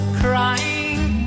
crying